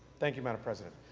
thank you, madam president.